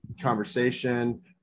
conversation